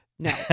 No